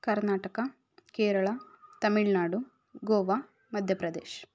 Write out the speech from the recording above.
Karnataka Kerala Tamil Nadu Goa Madhya Pradesh